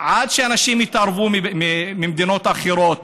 עד שאנשים ממדינות אחרות